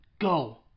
go